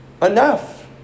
Enough